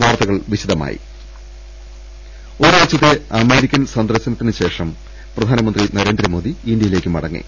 ള അ അ ഒരാഴ്ചത്തെ അമേരിക്കൻ സന്ദർശനത്തിന് ശേഷം പ്രധാന മന്ത്രി നരേന്ദ്രമോദി ഇന്ത്യയിലേക്ക് മടങ്ങി